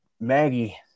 maggie